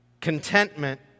contentment